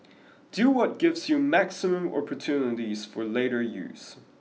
do what gives you maximum opportunities for later use